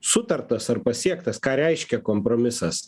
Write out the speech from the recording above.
sutartas ar pasiektas ką reiškia kompromisas